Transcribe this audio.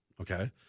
okay